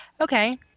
Okay